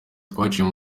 twaciye